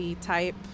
type